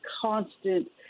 constant